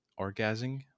orgasming